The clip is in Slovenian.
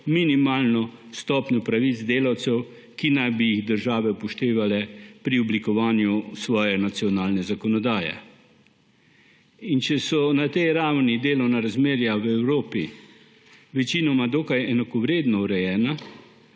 minimalno stopnjo pravic delavcev, ki naj bi jih države upoštevale pri oblikovanju svoje nacionalne zakonodaje. In če so na tej ravni delovna razmerja v Evropi večinoma dokaj enakovredno urejena,